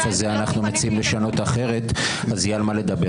כזה אנחנו מציעים לשנות אז יהיה על מה לדבר.